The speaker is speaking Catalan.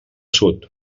sud